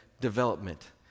development